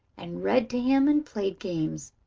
and read to him and played games.